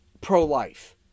pro-life